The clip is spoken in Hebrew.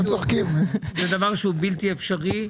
דבר שהוא בלתי אפשרי,